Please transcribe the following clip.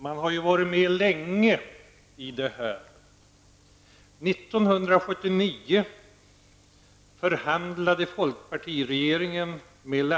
Jag har varit med länge i den här diskussionen.